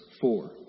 four